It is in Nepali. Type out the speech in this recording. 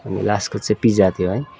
अनि लास्टको चाहिँ पिज्जा थियो है